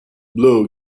blow